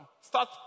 start